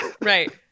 Right